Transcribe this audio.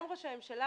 גם ראש הממשלה,